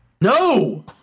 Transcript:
No